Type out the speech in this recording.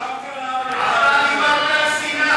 אתה דיברת על שנאה.